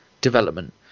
development